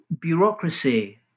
bureaucracy